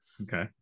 Okay